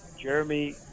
Jeremy